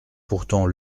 pourtant